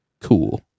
cool